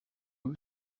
who